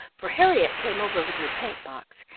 for harriett came over with her paint-box,